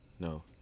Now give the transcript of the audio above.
No